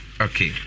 Okay